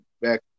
back